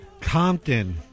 Compton